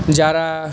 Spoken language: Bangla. যারা